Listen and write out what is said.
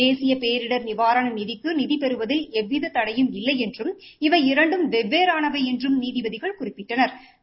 தேசிய பேரிடர் நிவாரண நிதிக்கு நிதி பெறுவதில் எந்தவித தடையும் இல்லை என்றும் இவை இரண்டும் வெவ்வேறானவை என்றும் நீதிபதிகள் குறிப்பிட்டனா்